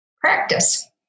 practice